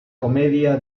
comedia